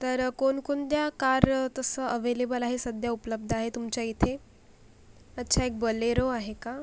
तर कोणकोणत्या कार तसं ॲव्हलेबल आहे सध्या उपलब्ध आहे तुमच्या इथे अच्छा एक बलेरो आहे का